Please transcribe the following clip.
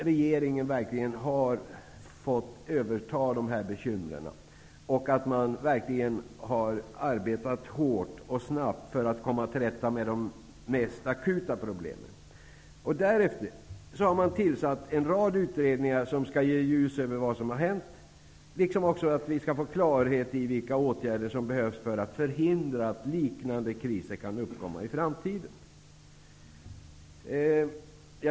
Regeringen har fått överta dessa bekymmer, och man har verkligen arbetat hårt och snabbt för att komma till rätta med de mest akuta problemen. Därefter har man tillsatt en rad utredningar som skall kasta ljus över vad som har hänt och ge klarhet i vilka åtgärder som behövs för att förhindra att liknande kriser kan uppkomma i framtiden.